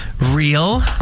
real